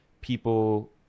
people